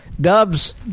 Dub's